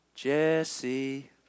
Jesse